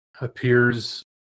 appears